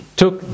took